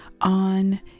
on